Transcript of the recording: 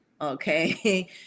Okay